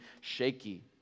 shaky